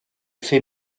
fait